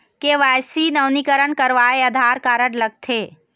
KYC नवीनीकरण करवाये Aadhaar card लगथे?